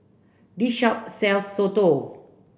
this shop sells Soto